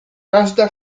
każda